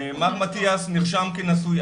מר מטיאס נרשם כנשוי.